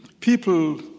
people